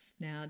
Now